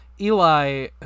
Eli